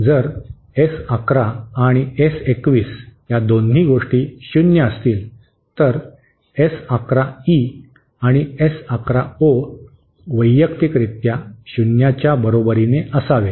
जर एस 11 आणि एस 21 या दोन्ही गोष्टी शून्य असतील तर एस 11 ई आणि एस 11 ओ वैयक्तिकरित्या शून्याच्या बरोबरीने असावे